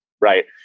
Right